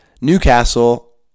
Newcastle